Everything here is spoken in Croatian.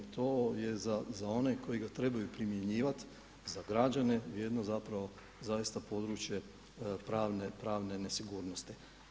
To je za one koji ga trebaju primjenjivati, za građane, jedno zapravo zaista područje pravne nesigurnosti.